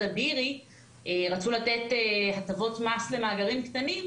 אבירי רצו לתת הטבות מס למאגרים קטנים,